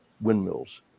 windmills